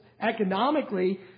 economically